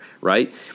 right